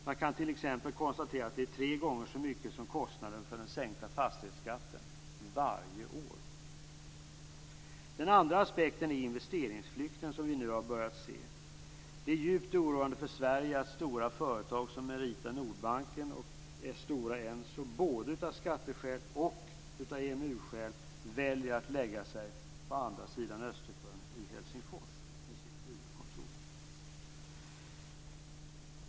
Man kan t.ex. konstatera att det är tre gånger så mycket som kostnaden för den sänkta fastighetsskatten, varje år. Den andra aspekten är investeringsflykten som vi nu har börjat se. Det är djupt oroande för Sverige att stora företag som Merita Nordbanken och Stora Enso både av skatteskäl och av EMU-skäl väljer att förlägga sina huvudkontor på andra sidan Östersjön, i Helsingfors.